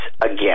again